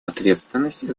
ответственность